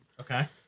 Okay